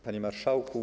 Panie Marszałku!